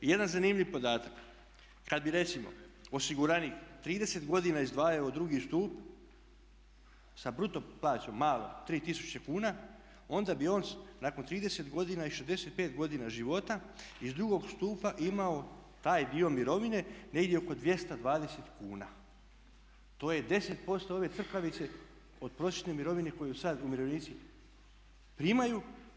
I jedan zanimljiv podatak, kada bi recimo osiguranik 30 godina izdvajao u drugi stup sa bruto plaćom malom 3000 kuna, onda bi on nakon 30 godina i 65 godina života iz drugog stupa imao taj dio mirovine negdje oko 220 kuna, to je 10% ove crkavice od prosječne mirovine koju sada umirovljenici primaju.